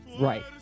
Right